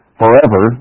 forever